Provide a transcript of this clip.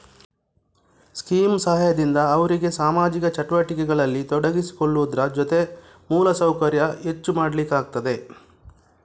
scheme ಸಹಾಯದಿಂದ ಅವ್ರಿಗೆ ಸಾಮಾಜಿಕ ಚಟುವಟಿಕೆಗಳಲ್ಲಿ ತೊಡಗಿಸಿಕೊಳ್ಳುವುದ್ರ ಜೊತೆ ಮೂಲ ಸೌಕರ್ಯ ಹೆಚ್ಚು ಮಾಡ್ಲಿಕ್ಕಾಗ್ತದೆ